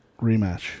Rematch